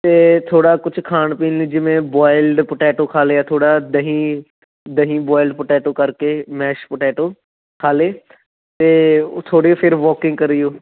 ਅਤੇ ਥੋੜ੍ਹਾ ਕੁਛ ਖਾਣ ਪੀਣ ਲਈ ਜਿਵੇਂ ਬੋਆਇਲਡ ਪਟੈਟੋ ਖਾ ਲਿਆ ਥੋੜ੍ਹਾ ਦਹੀਂ ਦਹੀਂ ਬੋਆਇਲਡ ਪਟੈਟੋ ਕਰਕੇ ਮੈਸ਼ ਪਟੈਟੋ ਖਾ ਲਏ ਅਤੇ ਥੋੜ੍ਹੀ ਫ਼ਿਰ ਵਾਕਿੰਗ ਕਰਿਓ